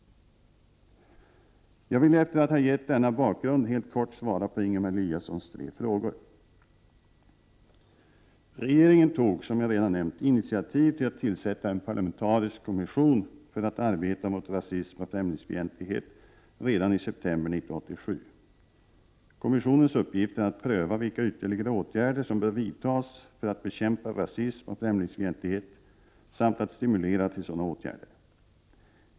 Jag vill efter att ha gett denna bakgrund helt kort svara på Ingemar Eliassons tre frågor: 1. Regeringen tog, som jag redan nämnt, redan i september 1987 initiativ till att tillsätta en parlamentarisk kommission för att arbeta mot rasism och främlingsfientlighet. Kommissionens uppgift är att pröva vilka ytterligare åtgärder som bör vidtas för att bekämpa rasism och främlingsfientlighet samt att stimulera till sådana åtgärder.